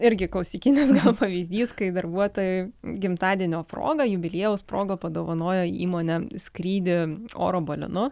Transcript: irgi klasikinis pavyzdys kai darbuotojui gimtadienio proga jubiliejaus proga padovanojo įmonė skrydį oro balionu